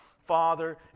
Father